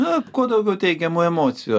na kuo daugiau teigiamų emocijų